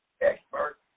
expert